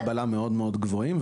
היום תנאי הקבלה מאוד-מאוד גבוהים,